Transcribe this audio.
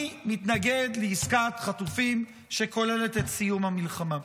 אני מתנגד לעסקת חטופים שכוללת את סיום המלחמה?